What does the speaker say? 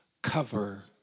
cover